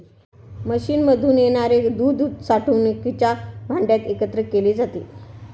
मशीनमधून येणारे दूध साठवणुकीच्या भांड्यात एकत्र केले जाते